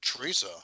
Teresa